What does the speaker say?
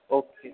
okay